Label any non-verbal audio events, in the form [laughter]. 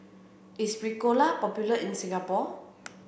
is [noise] Ricola popular in Singapore